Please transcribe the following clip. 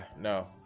no